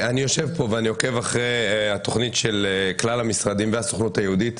אני יושב פה ואני עוקב אחרי התוכנית של כלל המשרדים והסוכנות היהודית.